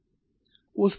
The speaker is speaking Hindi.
उस पर नजर डालते हैं